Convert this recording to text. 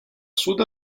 sud